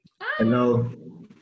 Hello